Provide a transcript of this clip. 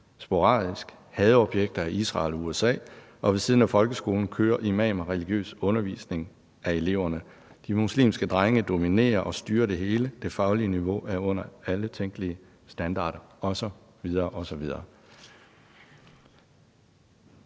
sporadisk, og hvor hadeobjekterne er Israel og USA. Og ved siden af folkeskolen kører imamer religiøs undervisning af eleverne, de muslimske drenge dominerer og styrer det hele, det faglige niveau er under alle tænkelige standarder osv. osv.